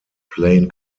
plain